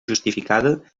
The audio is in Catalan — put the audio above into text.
justificada